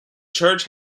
church